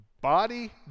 body